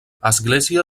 església